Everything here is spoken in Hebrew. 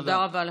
תודה רבה.